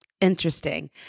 Interesting